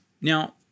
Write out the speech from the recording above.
Now